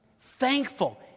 thankful